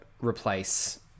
replace